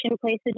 places